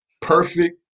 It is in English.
perfect